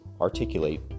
articulate